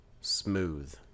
smooth